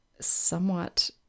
somewhat